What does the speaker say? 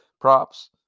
props